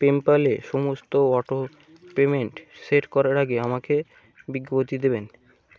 পেমপ্যালে সমস্ত auto payment set করার আগে আমাকে বিজ্ঞপ্তি দেবেন